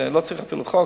לא צריך אפילו חוק.